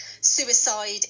suicide